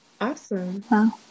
Awesome